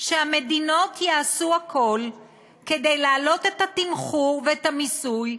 שהמדינות יעשו הכול כדי להעלות את התמחור ואת המיסוי,